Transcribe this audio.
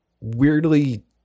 weirdly